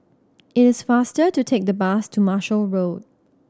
it is faster to take the bus to Marshall Road